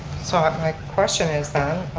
so and my question is then,